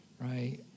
Right